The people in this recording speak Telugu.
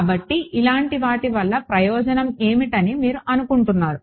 కాబట్టి ఇలాంటి వాటి వల్ల ప్రయోజనం ఏమిటని మీరు అనుకుంటున్నారు